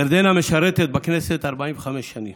ירדנה משרתת בכנסת 45 שנים